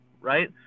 right